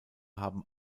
haben